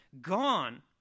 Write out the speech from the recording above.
gone